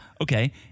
Okay